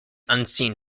unseen